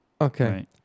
Okay